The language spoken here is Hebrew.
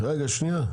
רגע, שנייה.